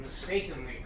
mistakenly